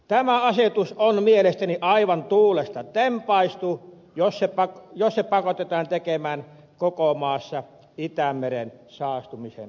tämä asetus on mielestäni aivan tuulesta tempaistu jos se pakotetaan tekemään koko maassa itämeren saastumisen pelosta